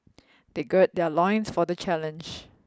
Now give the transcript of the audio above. they gird their loins for the challenge